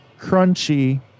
crunchy